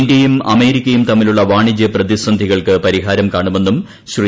ഇന്ത്യയും അമേരിക്കയും തൃമ്മിലുള്ള വാണിജ്യ പ്രതിസന്ധികൾക്ക് പരിഹാരം കാണുമെന്നും ശ്രീ